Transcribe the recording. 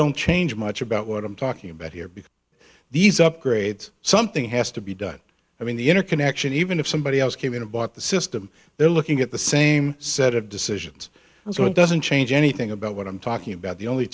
don't change much about what i'm talking about here because these upgrades something has to be done i mean the interconnection even if somebody has came in and bought the system they're looking at the same set of decisions and so it doesn't change anything about what i'm talking about the only